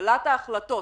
קבלת ההחלטות,